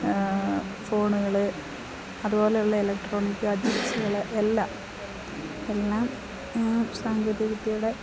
ഫോണുകൾ അതുപോലെ ഉള്ള ഇലക്ട്രോണിക് ഗാഡ്ജെറ്റ്സുകൾ എല്ലാം എല്ലാം സാങ്കേതിക വിദ്യയുടെ